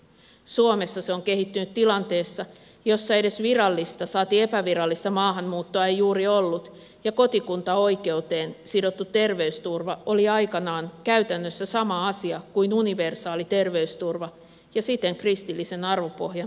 suomessa se on kehittynyt tilanteessa jossa edes virallista saati epävirallista maahanmuuttoa ei juuri ollut ja kotikuntaoikeuteen sidottu terveysturva oli aikanaan käytännössä sama asia kuin universaali terveysturva ja siten kristillisen arvopohjan mukainen